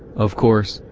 of course,